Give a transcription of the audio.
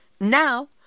Now